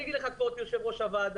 אני אומר לך כבוד יושב ראש הוועדה,